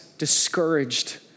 discouraged